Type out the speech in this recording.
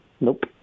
Nope